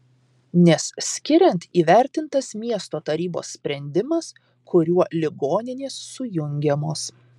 nes skiriant įvertintas miesto tarybos sprendimas kuriuo ligoninės sujungiamos